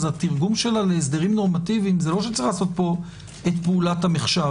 התרגום שלה להסדרים נורמטיביים זה לא שצריך לעשות פה את פעולת המחשב.